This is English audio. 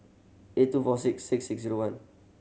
eight two four six six six zero one